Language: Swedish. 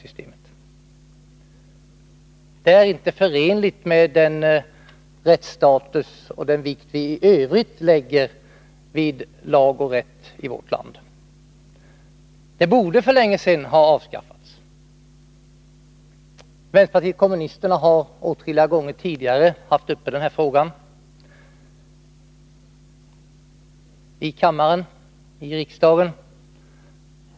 Detta är inte förenligt med den rättsstatus vi annars eftersträvar och den vikt vi i övrigt lägger vid lag och rätt i vårt land. Systemet borde för länge sedan ha avskaffats. Vänsterpartiet kommunisterna har åtskilliga gånger tidigare haft uppe denna fråga i riksdagen.